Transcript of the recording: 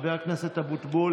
חבר הכנסת אבוטבול,